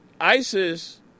ISIS